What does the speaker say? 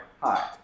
Hi